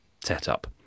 setup